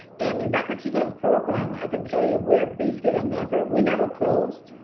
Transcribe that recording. and in that particular program, i can tell you we're busier than never, we never closed.